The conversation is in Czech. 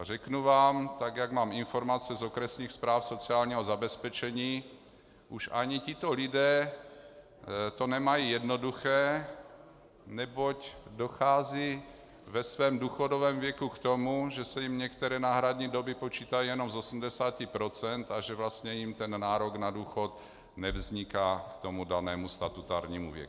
Řeknu vám, tak jak mám informace z okresních správ sociálního zabezpečení, už ani tito lidé to nemají jednoduché, neboť dochází ve svém důchodovém věku k tomu, že se jim některé náhradní doby počítají jenom z 80 % a že vlastně jim nárok na důchod nevzniká k danému statutárnímu věku.